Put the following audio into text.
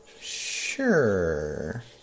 Sure